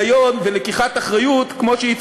פקחי טיסה גם בשנים הקרובות ככל שיידרש.